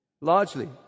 largely